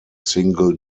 single